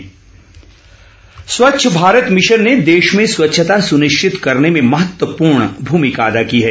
स्वच्छ भारत स्वच्छ भारत मिशन ने देश में स्वच्छता सुनिश्चित करने में महत्वपूर्ण भूमिका अदा की है